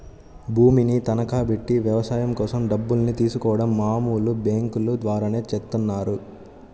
భూమిని తనఖాబెట్టి వ్యవసాయం కోసం డబ్బుల్ని తీసుకోడం మామూలు బ్యేంకుల ద్వారానే చేత్తన్నారు